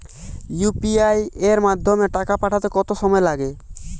UPI এর মাধ্যমে টাকা পাঠাতে কত সময় লাগে?